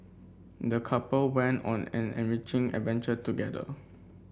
the couple went on an enriching adventure together